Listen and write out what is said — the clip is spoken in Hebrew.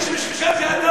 מי שמשקר זה אתה.